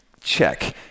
check